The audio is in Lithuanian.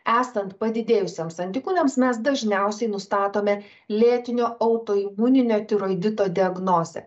esant padidėjusioms antikūniams mes dažniausiai nustatome lėtinio autoimuninio tiroidito diagnozę